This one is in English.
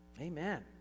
Amen